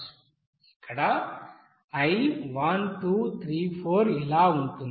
ఇక్కడ i 1 2 3 4 ఇలా ఉంటుంది